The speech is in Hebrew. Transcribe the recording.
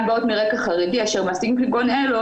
באות מרקע חרדי אשר מעשים כגון אלו,